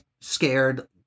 scared